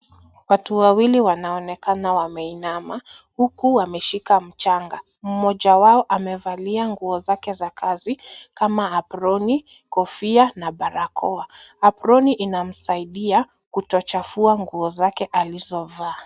Watu Wawili wanaonekana wameinama huku wameshika mchanga. Mmoja wao amevalia nguo zake za kazi kama aproni, kofia na barakoa. Aproni inamsaidia kutochafua nguo zake alizovaa.